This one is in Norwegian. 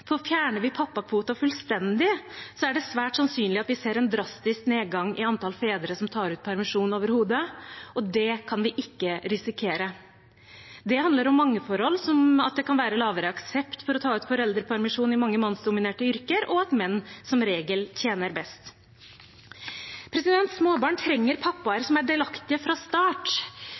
Fjerner vi pappakvoten fullstendig, er det svært sannsynlig at vi ser en drastisk nedgang i antall fedre som tar ut permisjon overhodet, og det kan vi ikke risikere. Det handler om mange forhold, som at det kan være lavere aksept for å ta ut foreldrepermisjon i mange mannsdominerte yrker, og at menn som regel tjener best. Småbarn trenger pappaer som er delaktige fra start,